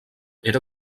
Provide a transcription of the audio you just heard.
era